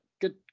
good